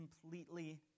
completely